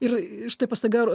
ir štai pas staiga